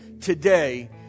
today